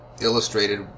illustrated